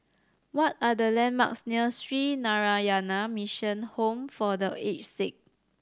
what are the landmarks near Sree Narayana Mission Home for The Aged Sick